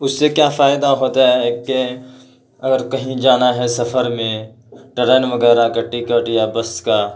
اس سے کیا فائدہ ہوتا ہے کہ اگر کہیں جانا ہے سفر میں ٹرین وگیرہ کا ٹکٹ یا بس کا